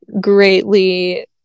greatly